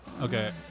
Okay